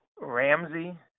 Ramsey